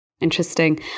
Interesting